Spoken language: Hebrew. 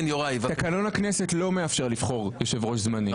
תקנון הכנסת לא מאפשר לבחור יושב-ראש זמני.